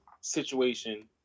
situation